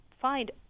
find